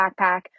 backpack